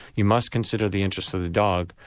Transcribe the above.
you must consider the interests of the dog,